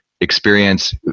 experience